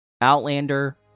Outlander